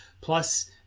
plus